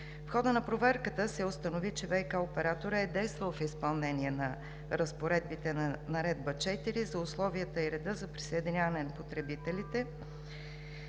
В хода на проверката се установи, че ВиК операторът е действал в изпълнение на разпоредбите на Наредба № 4 за условията и реда за присъединяване на потребителите,